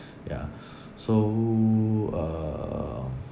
ya so uh